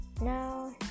Now